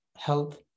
health